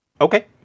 Okay